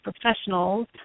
professionals